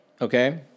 okay